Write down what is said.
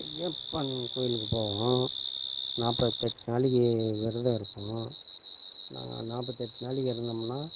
ஐயப்பன் கோவிலுக்கு போவோம் நாற்பத்தெட்டு நாளைக்கு விரதம் இருப்போம் நாங்கள் நாற்பத்தெட்டு நாளைக்கு இருந்தோம்னா